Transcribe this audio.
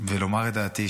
ולומר את דעתי,